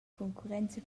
concurrenza